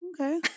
Okay